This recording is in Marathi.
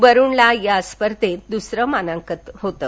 वरुणला या स्पर्धेंत दुसरे मानांकन होतं